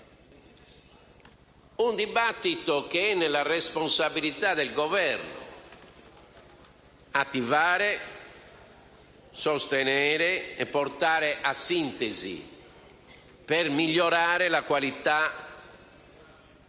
un dibattito che è nella responsabilità del Governo attivare, sostenere e portare a sintesi per migliorare la qualità delle